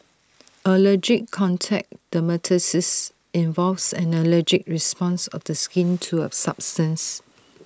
allergic contact dermatitis involves an allergic response of the skin to A substance